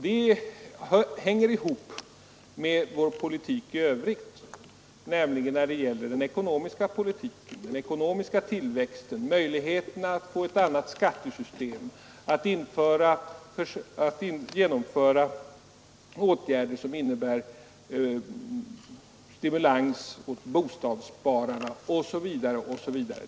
Det hänger ihop med vår politik i övrigt — när det gäller den ekonomiska tillväxten, möjligheterna att få ett annat skattesystem, att genomföra åtgärder som innebär stimulans åt bostadsspararna osv., osv.